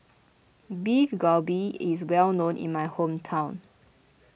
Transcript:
Beef Galbi is well known in my hometown